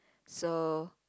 so